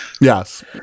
Yes